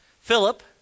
Philip